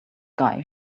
guy